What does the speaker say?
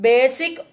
Basic